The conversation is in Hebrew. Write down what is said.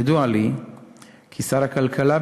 ידוע לי כי שר הכלכלה,